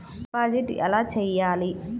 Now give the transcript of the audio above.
Deposit ఎలా చెయ్యాలి?